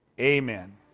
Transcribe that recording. Amen